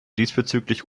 diesbezüglich